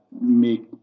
make